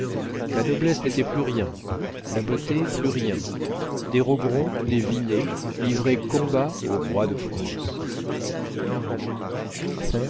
la noblesse n'était plus rien la beauté plus rien des rogron des vinet livraient combat au roi de france